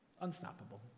Unstoppable